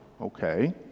Okay